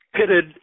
pitted